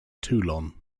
toulon